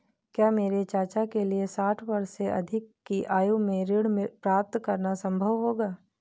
क्या मेरे चाचा के लिए साठ वर्ष से अधिक की आयु में ऋण प्राप्त करना संभव होगा?